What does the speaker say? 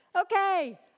okay